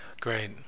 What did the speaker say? Great